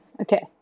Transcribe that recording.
Okay